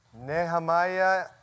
Nehemiah